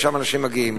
לשם אנשים מגיעים.